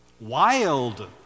wild